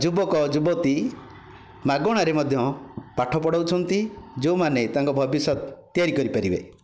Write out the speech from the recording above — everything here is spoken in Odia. ଯୁବକ ଯୁବତୀ ମାଗଣାରେ ମଧ୍ୟ ପାଠ ପଢ଼ାଉଛନ୍ତି ଯେଉଁମାନେ ତାଙ୍କ ଭବିଷ୍ୟତ ତିଆରି କରିପାରିବେ